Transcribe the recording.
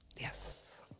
yes